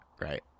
right